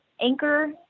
anchor